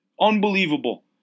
Unbelievable